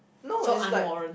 no is like